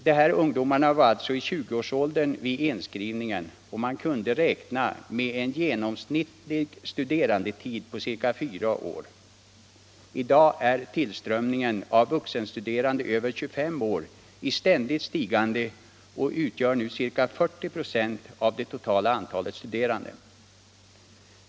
De här ungdomarna var alltså i 20-årsåldern vid inskrivningen, och man kunde räkna med en genomsnittlig studerandetid på ca fyra år. I dag är tillströmningen av vuxenstuderande över 25 års ålder i ständigt stigande, och de utgör nu ca 40 926 av det totala antalet studerande.